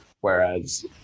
whereas